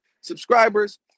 subscribers